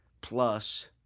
plus